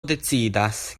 decidas